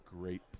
great